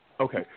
Okay